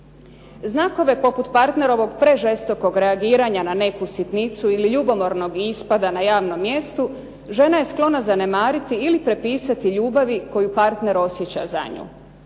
Znakove poput partnerovog prežestokog reagiranja na neku sitnicu ili ljubomornog ispada na javnom mjestu žena je sklona zanemariti ili prepisati ljubavi koju partner osjeća za nju.